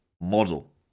model